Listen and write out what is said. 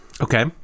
Okay